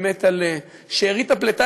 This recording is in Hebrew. באמת על שארית הפליטה,